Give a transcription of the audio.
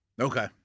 Okay